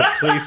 Please